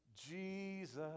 Jesus